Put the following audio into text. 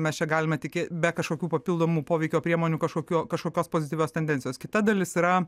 mes čia galime tikė be kažkokių papildomų poveikio priemonių kažkokio kažkokios pozityvios tendencijos kita dalis yra